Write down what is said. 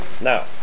now